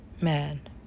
man